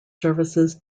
services